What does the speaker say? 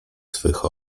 swych